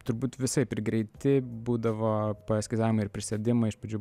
turbūt visaip ir greiti būdavo paeskizavimai ir prisėdimai iš pradžių